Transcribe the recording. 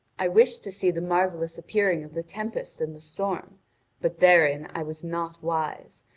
i wished to see the marvellous appearing of the tempest and the storm but therein i was not wise,